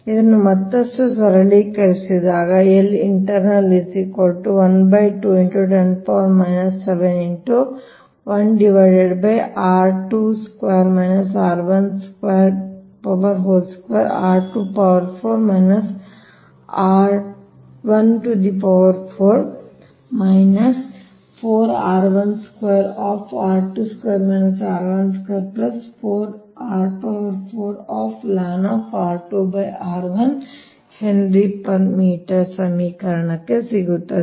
ಇದನ್ನು ಮತ್ತಷ್ಟು ಸರಳೀಕರಿಸಿದಾಗ ಈ ಸಮೀಕರಣ ಸಿಗುತ್ತದೆ